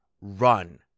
run